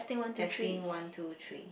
testing one two three